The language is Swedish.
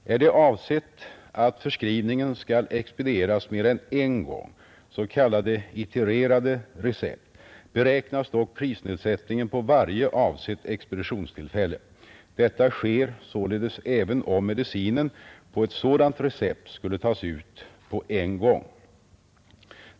Är det avsett att förskrivningen skall expedieras mer än en gång — s.k. itererade recept — beräknas dock prisnedsättningen på varje avsett expeditionstillfälle. Detta sker således även om medicinen på ett sådant recept skulle tas ut på en gång.